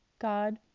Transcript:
God